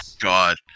God